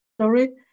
Sorry